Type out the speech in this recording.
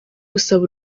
gusaba